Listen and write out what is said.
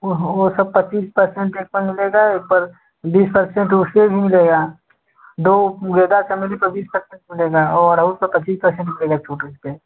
वो वो सब पच्चीस पर्सेंट एक पर मिलेगा एक पर बीस पर्सेंट उसपे मिलेगा दो गेंदा चमेली पे बीस पर्सेंट मिलेगा और अड़हूल पे पच्चीस पर्सेंट मिलेगा छूट उस पे